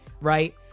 right